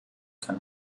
kann